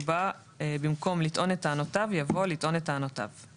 ובה במקום "לטעון את טענותיו" יבוא "לטעון את טענותיו,";